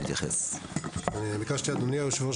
אדוני היושב-ראש,